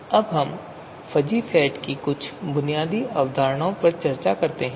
अब हम fuzzy set की कुछ बुनियादी अवधारणाओं के बारे में बात करते हैं